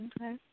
Okay